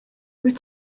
wyt